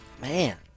man